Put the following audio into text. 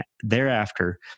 thereafter